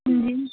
ਹਾਂਜੀ